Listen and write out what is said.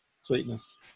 Sweetness